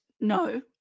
no